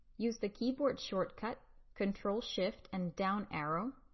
use the keyboard shortcut control, shift, and down arrow.